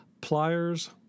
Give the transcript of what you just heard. pliers